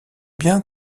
bien